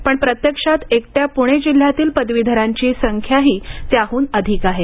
पण प्रत्यक्षात एकट्या पुणे जिल्ह्यातील पदवीधरांची संख्याही त्याहून अधिक आहे